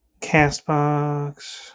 Castbox